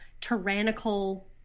tyrannical